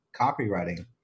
copywriting